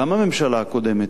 גם הממשלה הקודמת,